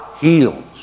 heals